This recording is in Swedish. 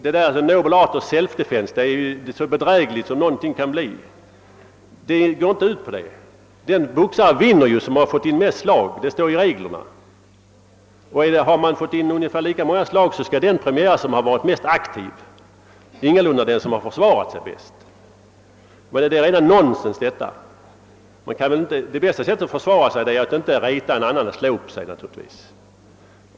Benämningen »the noble art of selfdefence» är så bedräglig som den kan bli. Boxningen går inte ut på detta. Enligt reglerna vinner den boxare som fått in de flesta slagen, och om motståndarna har fått in ungefär lika många slag skall den premieras, som varit mest aktiv — ingalunda den som försvarat sig bäst. Detta resonemang är alltså rent nonsens. Det bästa sättet att försvara sig är naturligtvis att inte reta en annan så att man blir angripen.